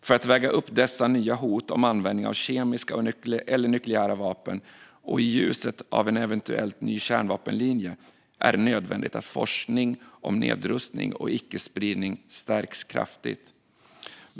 För att väga upp dessa nya hot om användning av kemiska eller nukleära vapen och i ljuset av en eventuell ny kärnvapenlinje är det nödvändigt att forskning om nedrustning och icke-spridning stärks kraftigt.